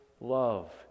love